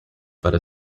para